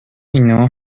اینا